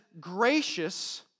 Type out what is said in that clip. gracious